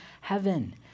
heaven